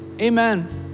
Amen